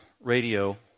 radio